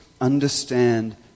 understand